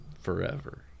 forever